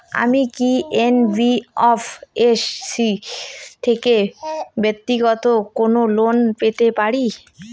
আমি কি এন.বি.এফ.এস.সি থেকে ব্যাক্তিগত কোনো লোন পেতে পারি?